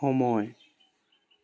সময়